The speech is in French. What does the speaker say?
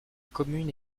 commune